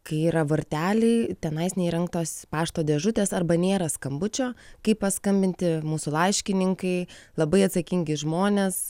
kai yra varteliai tenai neįrengtos pašto dėžutės arba nėra skambučio kaip paskambinti mūsų laiškininkai labai atsakingi žmonės